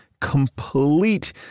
complete